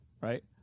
Right